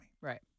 Right